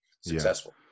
successful